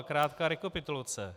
Krátká rekapitulace.